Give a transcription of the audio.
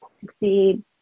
succeed